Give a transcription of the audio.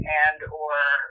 and/or